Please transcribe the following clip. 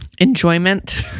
enjoyment